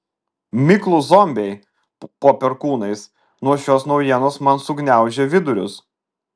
miklūs zombiai po perkūnais nuo šios naujienos man sugniaužė vidurius